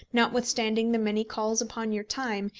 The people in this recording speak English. notwithstanding the many calls upon your time,